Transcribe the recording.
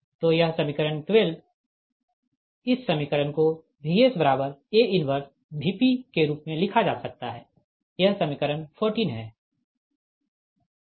तो यह समीकरण 12 इस समीकरण को VsA 1Vp के रूप में लिखा जा सकता है यह समीकरण 14 है